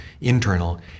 internal